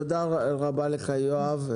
תודה רבה לך, יואב.